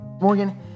Morgan